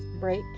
break